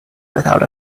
without